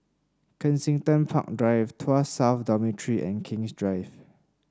Kensington Park Drive Tuas South Dormitory and King's Drive